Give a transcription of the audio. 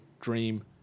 dream